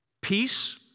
peace